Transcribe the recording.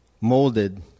molded